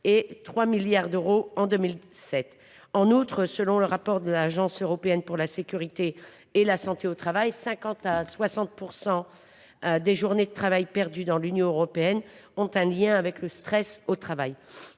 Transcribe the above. et 3 milliards d’euros en 2007. En outre, selon le rapport de l’Agence européenne pour la sécurité et la santé au travail, 50 % à 60 % des journées de travail perdues dans l’Union européenne ont un lien avec le stress au travail.